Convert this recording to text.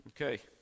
Okay